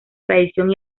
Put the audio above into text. tradición